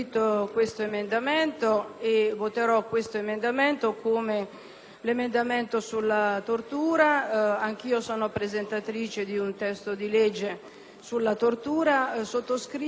come quello sulla tortura. Anch'io sono presentatrice di un disegno di legge sulla tortura; sottoscrivo le dichiarazioni sia della collega Poretti che del collega